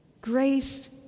grace